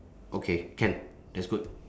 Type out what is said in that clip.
okay can that's good